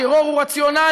טרור הוא רציונלי.